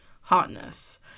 hotness